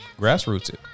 Grassroots